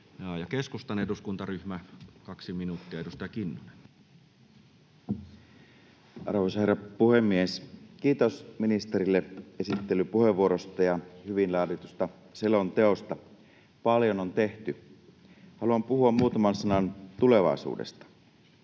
rajaesteistä Time: 17:17 Content: Arvoisa herra puhemies! Kiitos ministerille esittelypuheenvuorosta ja hyvin laaditusta selonteosta. Paljon on tehty. Haluan puhua muutaman sanan tulevaisuudesta.